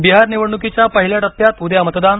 बिहार निवडणुकीच्या पहिल्या टप्प्यात उद्या मतदान